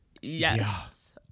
Yes